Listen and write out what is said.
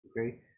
okay